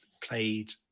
played